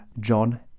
John